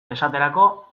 esaterako